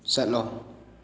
ꯆꯠꯂꯣ